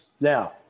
Now